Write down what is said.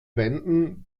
wenden